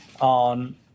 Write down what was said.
on